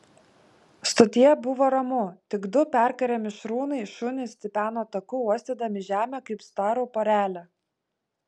stotyje buvo ramu tik du perkarę mišrūnai šunys tipeno taku uostydami žemę kaip starų porelė